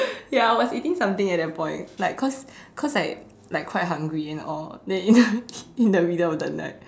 ya I was eating something at that point like cause cause like like quite hungry and all then you know in the in the middle of the night